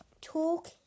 Talk